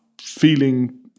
feeling